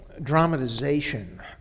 dramatization